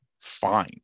fine